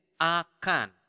akan